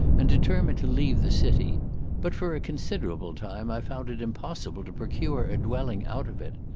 and determined to leave the city but, for a considerable time i found it impossible to procure a dwelling out of it.